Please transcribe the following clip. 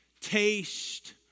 taste